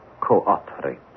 cooperate